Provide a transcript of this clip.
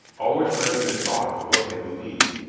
always ready to talk of what they believed,